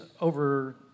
over